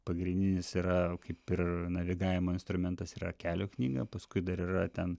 pagrindinis yra kaip ir navigavimo instrumentas yra kelio knyga paskui dar yra ten